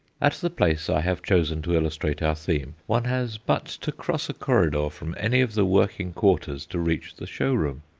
at the place i have chosen to illustrate our theme, one has but to cross a corridor from any of the working quarters to reach the showroom.